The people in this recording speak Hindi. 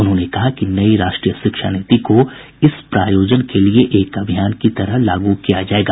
उन्होंने कहा कि नई राष्ट्रीय शिक्षा नीति को इस प्रयोजन के लिए एक अभियान की तरह लागू किया जाएगा